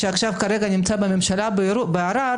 שכרגע נמצא בממשלה בערר